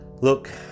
Look